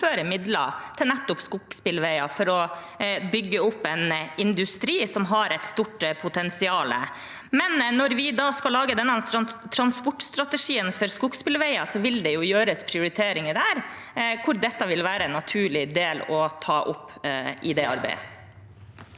å tilføre midler til nettopp skogsbilveier for å bygge opp en industri som har et stort potensial. Når vi skal lage denne transportstrategien for skogsbilveier, vil det gjøres prioriteringer der, hvor dette vil være en naturlig del å ta opp i det arbeidet.